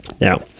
Now